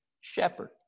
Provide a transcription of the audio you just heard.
shepherd